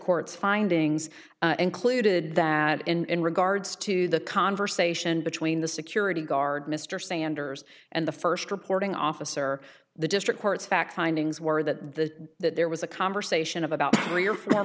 court's findings included that in regards to the conversation between the security guard mr sanders and the first reporting officer the district court's fact findings were that the that there was a conversation of about three or